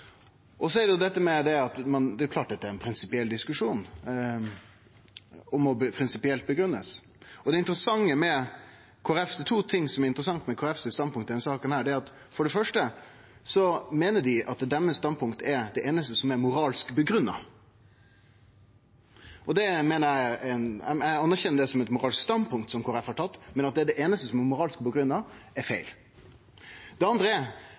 blitt. Så det er ikkje noka grensa der heller på kor ein ønskjer å gå. Det er klart at dette er ein prinsipiell diskusjon, som må prinsipielt grunngivast. Og det er to ting som er interessante med Kristeleg Folkeparti sitt standpunkt i denne saka. For det første meiner dei at deira standpunkt er det einaste som er moralsk grunngitt. Eg anerkjenner det som eit moralsk standpunkt som Kristeleg Folkeparti har tatt, men at det er det einaste som er moralsk grunngitt, er feil. Det andre er